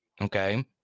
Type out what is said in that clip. Okay